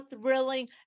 thrilling